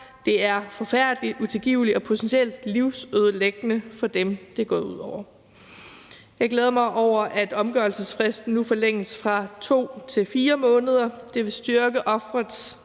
det er forfærdeligt, utilgiveligt og potentielt livsødelæggende for dem, det er gået ud over. Jeg glæder mig over, at omgørelsesfristen nu forlænges fra 2 til 4 måneder. Det vil styrke offerets